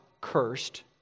cursed